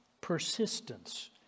persistence